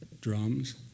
drums